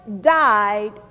died